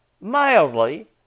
mildly